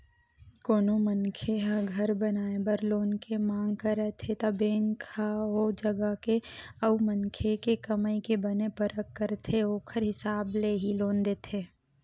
कोनो मनखे ह घर बनाए बर लोन के मांग करत हे त बेंक ह ओ जगा के अउ मनखे के कमई के बने परख करथे ओखर हिसाब ले ही लोन देथे